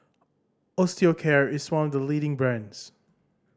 Osteocare is one of the leading brands